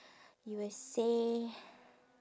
you will say